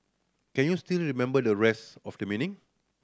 can you still remember the rest of the meaning